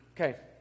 Okay